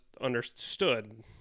understood